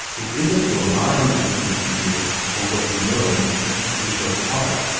it isn't your mind that is needed here, or what you know it is your heart,